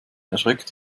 erschreckt